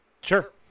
Sure